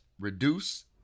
reduce